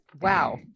wow